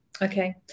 Okay